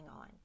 on